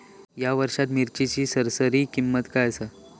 या वर्षात मिरचीची सरासरी किंमत काय आसा?